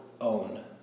own